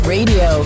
Radio